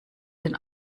den